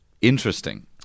Interesting